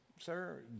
Sir